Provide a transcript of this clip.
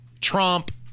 Trump